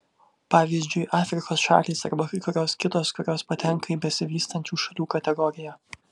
pavyzdžiui afrikos šalys arba kai kurios kitos kurios patenka į besivystančių šalių kategoriją